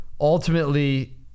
ultimately